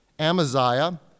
Amaziah